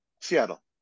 Seattle